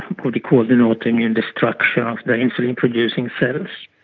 what we call an autoimmune destruction of the insulin producing cells,